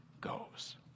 goes